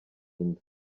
inda